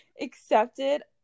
accepted